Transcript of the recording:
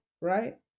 right